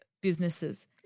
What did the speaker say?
businesses